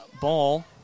ball